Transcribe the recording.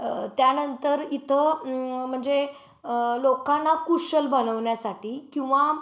त्यानंतर इत म्हणजे लोकांना कुशल बनवण्या्साठी किंवा